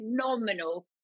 phenomenal